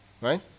right